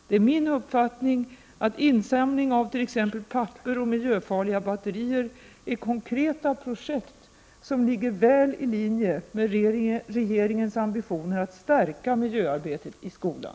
Det är min uppfattning att insamling av t.ex. papper och miljöfarliga batterier är konkreta projekt som ligger väl i linje med regeringens ambitioner att stärka miljöarbetet i skolan.